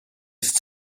ist